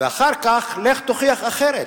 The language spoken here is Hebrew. ואחר כך לך תוכיח אחרת.